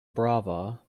brava